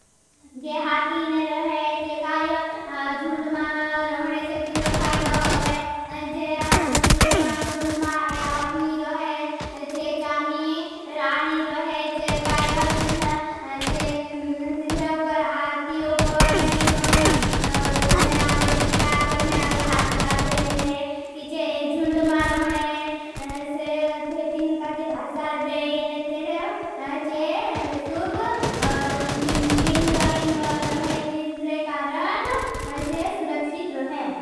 जे हाथीने रोहे चे काई जुन्द मा रोहने से तिन्दर फाइद होगे। जे तिन्दरे मा जुन्द मा हतनी रोहे चे चानी राणी रोहे। जे काई तिन्दरे उपर हाथी उपर ने कुछ अंग करने आवे। शिकार करने आवे हाथी गाजे ने। जे जुन्द मा रोहने से तिन्दर फाइद होगे।. जे सुब मिल रोहे तिन्दरे कारण जे सुरक्षित रोहे।